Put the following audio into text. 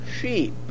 sheep